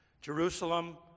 Jerusalem